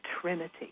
Trinity